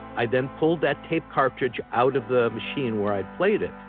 i then pulled that tape cartridge out of the machine where i played it.